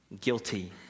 guilty